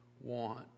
want